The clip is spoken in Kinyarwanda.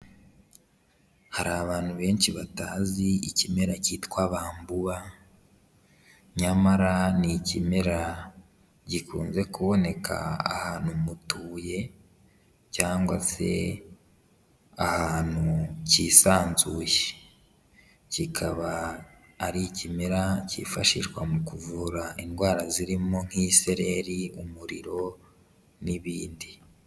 Hari abantu benshi batazi ikimera cyitwa bambuba, nyamara ni ikimera gikunze kuboneka ahantu mutuye cyangwa se ahantu kisanzuye, kikaba ari ikimera cyifashishwa mu kuvura indwara zirimo nk'isereri, umuriro n'ibindi.